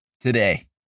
today